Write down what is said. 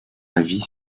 avis